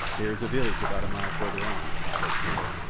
there is a village about a mile farther on, he said to her.